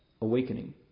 awakening